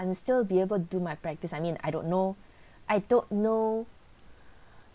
and still be able do my practice I mean I don't know I don't know